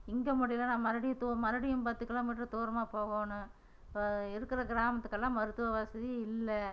இங்கே முடியிலைன்னா மறுபடியும் து மறுபடியும் பத்து கிலோமீட்டர் தூரமாக போகணும் இப்போ இருக்கிற கிராமத்துக்கெல்லாம் மருத்துவ வசதி இல்லை